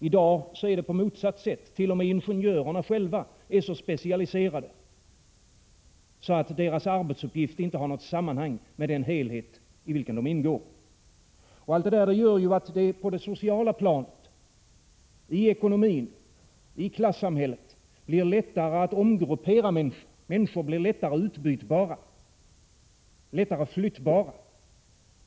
I dag är det på motsatt sätt. T. o. m. ingenjörerna själva är så specialiserade att deras arbetsuppgifter inte har något sammanhang med den helhet i vilken de ingår. Detta innebär att det på det sociala planet, i ekonomin och i klassamhället blir lättare att omgruppera människor. Människor blir lättare utbytbara, lättare flyttbara.